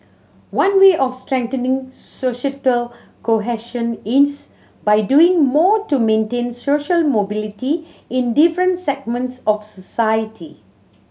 one way of strengthening societal cohesion is by doing more to maintain social mobility in different segments of society